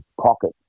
pocket